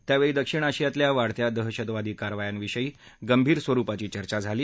त्यावेळी दक्षिण आशियातल्या वाढत्या दहशतवादी कारवायांविषयी गंभीर स्वरुपाची चर्चा झाली